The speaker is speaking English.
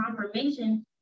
confirmation